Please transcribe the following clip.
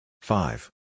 Five